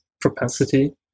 propensity